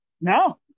No